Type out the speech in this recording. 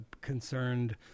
concerned